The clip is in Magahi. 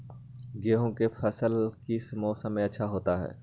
गेंहू का फसल किस मौसम में अच्छा होता है?